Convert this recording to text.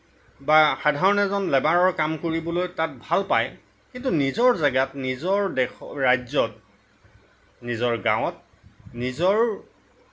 বা সাধাৰণ এজন লেবাৰৰ কাম কৰিবলৈ তাত ভাল পায় কিন্তু নিজৰ জেগাত নিজৰ ৰাজ্যত নিজৰ গাঁৱত নিজৰ